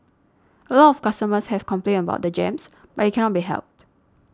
a lot of customers have complained about the jams but it cannot be helped